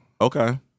Okay